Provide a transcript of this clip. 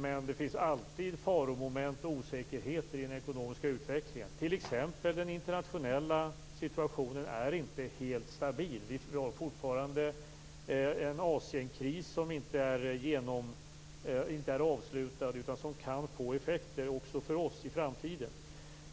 Men det finns alltid faromoment och osäkerheter i den ekonomiska utvecklingen. Den internationella situationen är t.ex. inte helt stabil. Vi har fortfarande en Asienkris som inte är avslutad och som kan få effekter också för oss i framtiden.